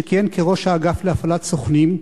שכיהן כראש האגף להפעלת סוכנים,